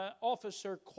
officer